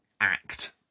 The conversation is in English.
act